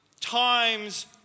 times